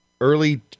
early